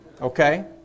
okay